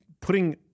putting